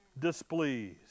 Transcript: displeased